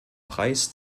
preis